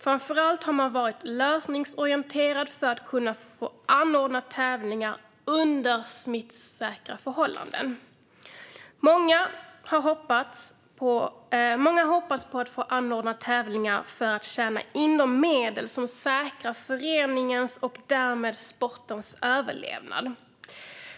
Framför allt har man varit lösningsorienterad för att få anordna tävlingar under smittsäkra förhållanden. Många hoppas få anordna tävlingar för att tjäna in de medel som säkrar föreningens och därmed sportens överlevnad.